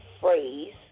phrase